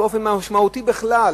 באופן משמעותי בכלל,